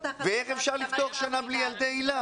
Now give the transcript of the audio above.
איך אפשר לפתוח שנה בלי ילדי היל"ה?